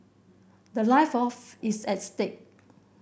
the life of is at stake